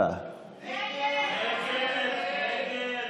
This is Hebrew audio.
של קבוצת סיעת הליכוד,